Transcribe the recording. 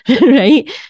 right